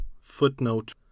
Footnote